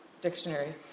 dictionary